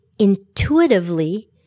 intuitively